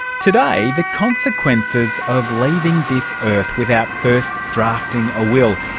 today, the consequences of leaving this earth without first drafting a will,